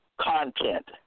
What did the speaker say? content